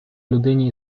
людині